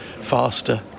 faster